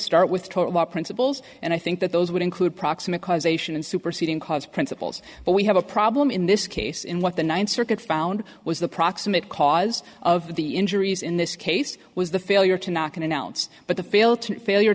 start with for our principles and i think that those would include proximate cause ation and superseding cause principles but we have a problem in this case in what the ninth circuit found was the proximate cause of the injuries in this case was the failure to knock and announce but the fail to failure